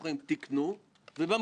בבנקים